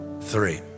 three